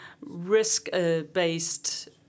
risk-based